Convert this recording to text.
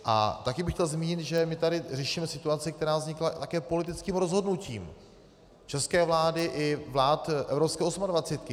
A taky bych chtěl zmínit, že my tady řešíme situaci, která vznikla také politickým rozhodnutím české vlády i vlád evropské osmadvacítky.